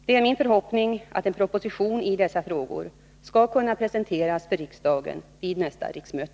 Det är min förhoppning att en proposition i dessa frågor skall kunna presenteras för riksdagen vid nästa riksmöte.